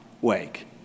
wake